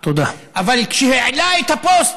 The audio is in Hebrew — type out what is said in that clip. אבל כשהעלה את הפוסט